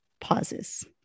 pauses